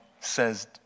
says